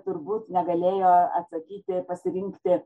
turbūt negalėjo atsakyti pasirinkti